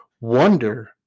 wonder